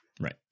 Right